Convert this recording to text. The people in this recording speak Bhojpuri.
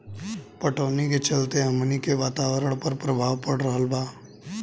पटवनी के चलते हमनी के वातावरण पर प्रभाव पड़ रहल बा